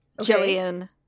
Jillian